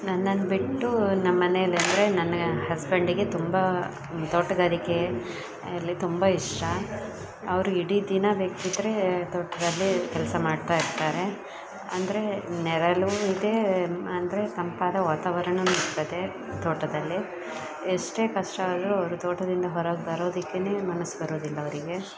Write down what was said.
ನನ್ನನ್ನು ಬಿಟ್ಟು ನಮ್ಮನೆಯಲ್ಲಂದರೆ ನನ್ನ ಹಸ್ಬೆಂಡಿಗೆ ತುಂಬ ತೋಟಗಾರಿಕೆಯಲ್ಲಿ ತುಂಬ ಇಷ್ಟ ಅವರು ಇಡೀ ದಿನ ಬೇಕಿದ್ದರೆ ತೋಟದಲ್ಲಿ ಕೆಲಸ ಮಾಡ್ತಾ ಇರ್ತಾರೆ ಅಂದರೆ ನೆರಳು ಇದೆ ಅಂದರೆ ತಂಪಾದ ವಾತಾವರಣವು ಇರ್ತದೆ ತೋಟದಲ್ಲಿ ಎಷ್ಟೇ ಕಷ್ಟ ಆದ್ರೂ ಅವರು ತೋಟದಿಂದ ಹೊರಗೆ ಬರೋದಿಕ್ಕೇ ಮನಸ್ಸು ಬರೋದಿಲ್ಲ ಅವರಿಗೆ